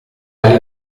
ali